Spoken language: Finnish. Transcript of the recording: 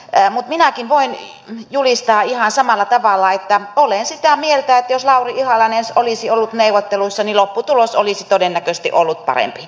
mutta minäkin voin julistaa ihan samalla tavalla että olen sitä mieltä että jos lauri ihalainen olisi ollut neuvotteluissa niin lopputulos olisi todennäköisesti ollut parempi